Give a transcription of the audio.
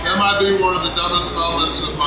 might be one of the dumbest moments of